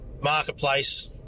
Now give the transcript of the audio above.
Marketplace